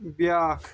بیٛاکھ